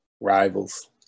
rivals